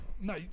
No